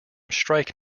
strike